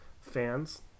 fans